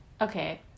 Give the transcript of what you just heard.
Okay